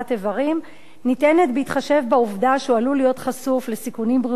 ניתנת בהתחשב בעובדה שהוא עלול להיות חשוף לסיכונים בריאותיים.